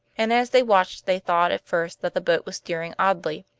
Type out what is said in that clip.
and as they watched they thought at first that the boat was steering oddly,